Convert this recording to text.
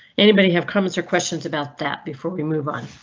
anybody have comments or questions about that before we move on?